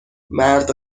مرد